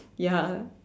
ya